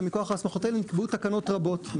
ומכוח ההסמכות האלה נקבעו תקנות רבות,